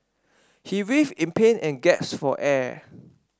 he writhed in pain and gasped for air